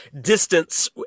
distance